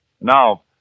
Now